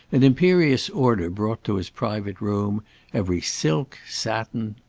an imperious order brought to his private room every silk, satin,